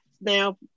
now